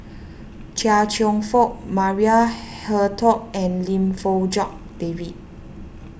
Chia Cheong Fook Maria Hertogh and Lim Fong Jock David